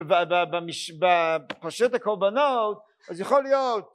בפרשת הקורבנות אז יכול להיות